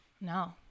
No